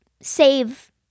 save